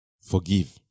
forgive